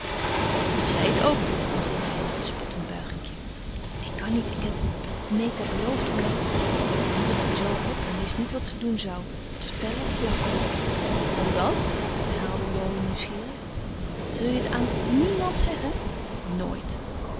als jij t ook doet antwoordde hij met een spottend buiginkje ik kan niet ik heb het meta beloofd omdat hier hield jo op en wist niet wat ze doen zou het vertellen of lachen omdat herhaalde laurie nieuwsgierig zul je het aan niemand zeggen nooit